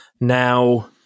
Now